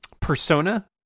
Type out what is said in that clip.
persona